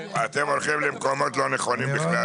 הולכים למקומות לא נכונים.